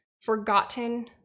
forgotten